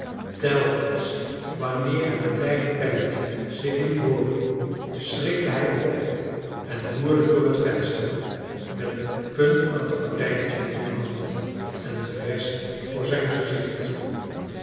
telkens wanneer het kleine belletje zich liet hooren schrikte hij op en loerde door het venster met de punt van het gordijntje in de hand en de rest voor zijn gezicht